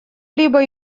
либо